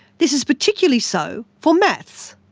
this is particularly so for maths.